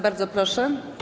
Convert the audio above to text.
Bardzo proszę.